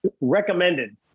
recommended